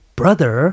brother